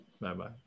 Bye-bye